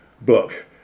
book